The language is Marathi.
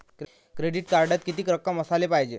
क्रेडिट कार्डात कितीक रक्कम असाले पायजे?